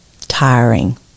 tiring